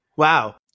wow